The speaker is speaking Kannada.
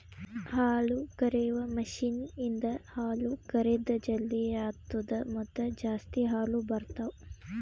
ಹಾಲುಕರೆಯುವ ಮಷೀನ್ ಇಂದ ಹಾಲು ಕರೆದ್ ಜಲ್ದಿ ಆತ್ತುದ ಮತ್ತ ಜಾಸ್ತಿ ಹಾಲು ಬರ್ತಾವ